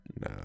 No